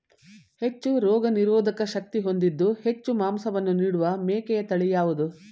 ಹೆಚ್ಚು ರೋಗನಿರೋಧಕ ಶಕ್ತಿ ಹೊಂದಿದ್ದು ಹೆಚ್ಚು ಮಾಂಸವನ್ನು ನೀಡುವ ಮೇಕೆಯ ತಳಿ ಯಾವುದು?